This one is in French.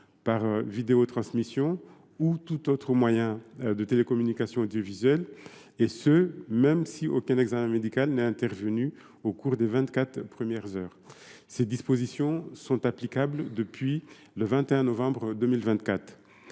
par vidéotransmission ou tout autre moyen de télécommunication audiovisuelle, et ce même si aucun examen médical n’est intervenu au cours des vingt quatre premières heures. Ces dispositions sont applicables depuis le 21 novembre 2024.